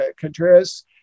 Contreras